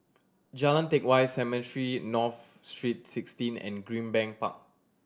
Jalan Teck Whye Cemetry North Street Sixteen and Greenbank Park